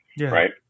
Right